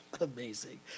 Amazing